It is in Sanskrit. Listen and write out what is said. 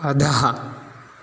अधः